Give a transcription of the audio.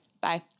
Bye